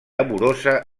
amorosa